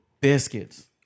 biscuits